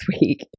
week